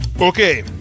Okay